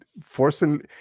forcing